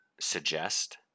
suggest